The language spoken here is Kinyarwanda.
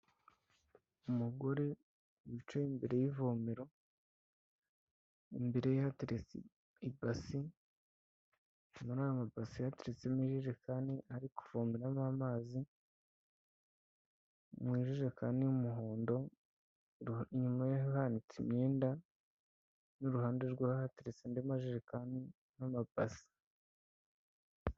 Umugore wicaye imbere y'ivomero, imbere ye hateretse ibasi, muri ayo mabasi hateretsemo ijerekani, ari kuvomeramo amazi, mu ijerekani y'umuhondo, inyuma ye hanitse imyenda n'iruhande rwe hateretse andi majerekani n'amabasi.